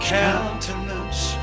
countenance